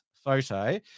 photo